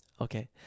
okay